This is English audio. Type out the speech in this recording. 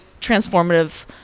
transformative